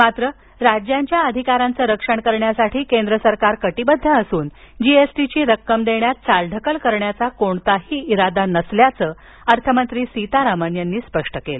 मात्र राज्यांच्या अधिकारांचं रक्षण करण्यास केंद्र सरकार कटिबद्ध असून जीएसटीची रक्कम देण्यात चालढकल करण्याचा कोणताही इरादा नसल्याचं अर्थमंत्री सीतारामन यांनी स्पष्ट केलं